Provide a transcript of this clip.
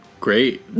Great